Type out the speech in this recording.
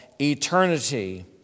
eternity